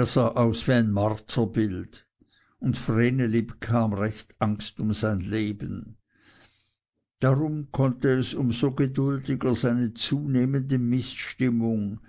er sah aus wie ein marterbild und vreneli bekam recht angst um sein leben darum konnte es um so geduldiger seine zunehmende mißstimmung